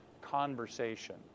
conversation